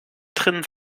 drin